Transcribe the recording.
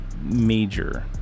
major